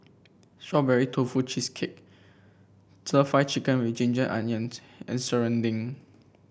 Strawberry Tofu Cheesecake stir Fry Chicken with Ginger Onions and serunding